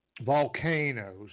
Volcanoes